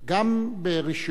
גם ברשיונות,